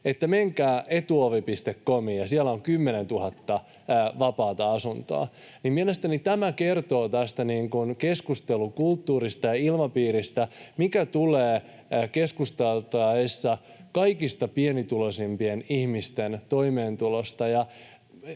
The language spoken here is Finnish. että menkää Etuovi.comiin ja siellä on kymmenentuhatta vapaata asuntoa, kertoo tästä keskustelukulttuurista ja ilmapiiristä, mikä tulee keskusteltaessa kaikista pienituloisimpien ihmisten toimeentulosta.